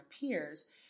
peers